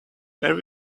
where